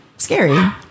scary